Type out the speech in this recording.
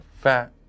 Fat